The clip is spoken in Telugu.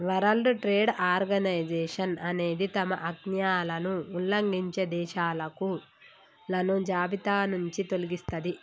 వరల్డ్ ట్రేడ్ ఆర్గనైజేషన్ అనేది తమ ఆజ్ఞలను ఉల్లంఘించే దేశాలను జాబితానుంచి తొలగిస్తది